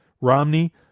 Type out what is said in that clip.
Romney